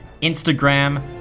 Instagram